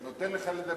רגל.